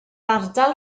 ardal